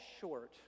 short